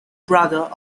brother